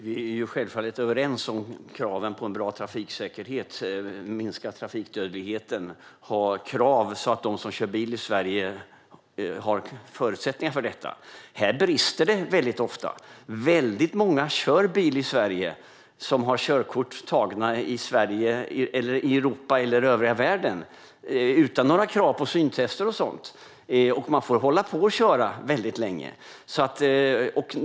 Fru talman! Vi är självfallet överens om kraven på bra trafiksäkerhet - att minska trafikdödligheten - och att det ska finnas förutsättningar i Sverige för detta. Här brister det ofta. Många som kör bil i Sverige har tagit körkort i Europa eller i övriga världen utan krav på syntester. De får köra mycket länge.